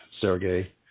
Sergei